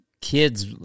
kids